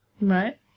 Right